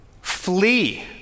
flee